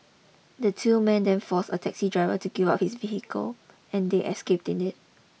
the two men then force a taxi driver to give up his vehicle and they escaped in it